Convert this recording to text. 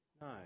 No